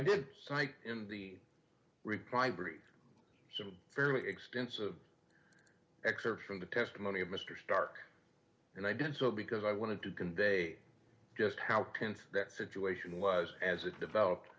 cite in the reply brief some fairly extensive excerpts from the testimony of mr stark and i did so because i wanted to convey just how can that situation was as it developed